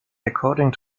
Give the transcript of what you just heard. according